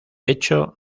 hecho